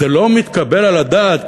זה לא מתקבל על הדעת,